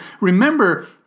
Remember